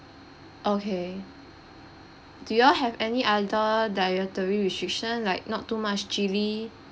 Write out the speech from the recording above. okay do you all have any other dietary restriction like not too much chili